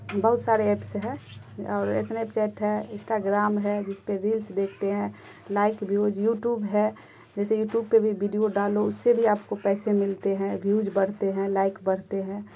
بہت سارے ایپس ہے اور اسنیپ چیٹ ہے انسٹاگرام ہے جس پہ ریلس دیکھتے ہیں لائک ویوز یوٹیوب ہے جیسے یوٹیوب پہ بھی ویڈیو ڈالو اس سے بھی آپ کو پیسے ملتے ہیں ویوز بڑھتے ہیں لائک بڑھتے ہیں